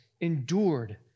Endured